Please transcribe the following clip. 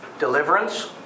deliverance